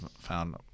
found